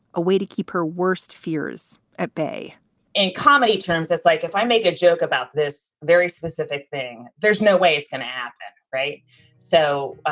a way to keep her worst fears at bay in comedy terms, it's like if i make a joke about this very specific thing, there's no way it's going to happen. right so, ah